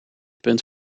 punt